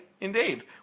Indeed